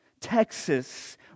Texas